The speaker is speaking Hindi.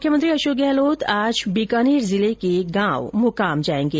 मुख्यमंत्री अशोक गहलोत आज बीकानेर जिले के के गांव मुकाम जाएंगे